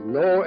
no